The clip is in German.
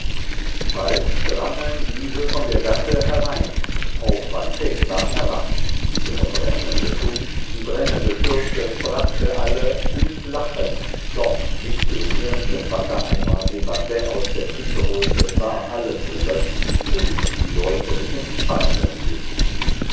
bald drangen diese von der gasse herein auch basset war erwacht der brennende fuß die brennende schürze brachte alle ins lachen doch mit dem ersten wassereimer den basset aus der küche holte war alles gelöscht und die leute empfahlen sich